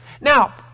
Now